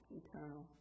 eternal